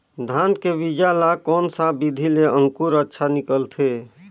धान के बीजा ला कोन सा विधि ले अंकुर अच्छा निकलथे?